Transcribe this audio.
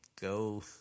go